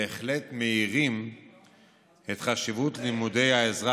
בהחלט מאירים את חשיבות לימודי העזרה